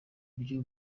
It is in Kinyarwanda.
buryo